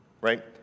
right